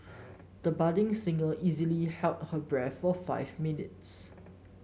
the budding singer easily held her breath for five minutes